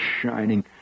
shining